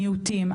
מיעוטים,